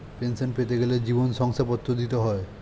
pension পেতে গেলে জীবন শংসাপত্র দিতে হয়